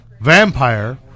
Vampire